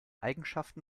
eigenschaften